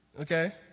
Okay